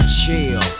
chill